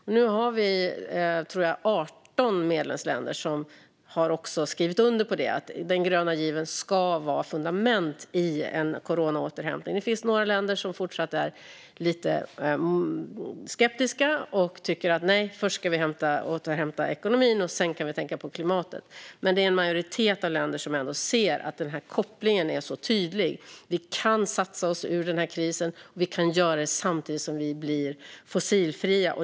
Jag tror att för närvarande 18 medlemsländer har skrivit under på att den gröna given ska vara fundament i en coronaåterhämtning. Det finns några länder som fortsätter att vara lite skeptiska och tycker att ekonomin först ska återhämtas innan vi kan tänka på klimatet. Men det är en majoritet av länderna som ser att kopplingen är tydlig. Vi kan satsa oss ur krisen, och vi kan göra det samtidigt som vi blir fossilfria.